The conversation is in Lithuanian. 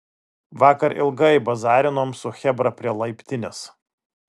vakar ilgai bazarinom su chebra prie laiptinės